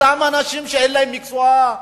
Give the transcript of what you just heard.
אותם אנשים שאין להם מקצוע,